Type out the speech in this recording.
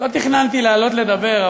לא תכננתי לעלות לדבר,